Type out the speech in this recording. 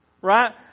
right